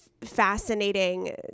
fascinating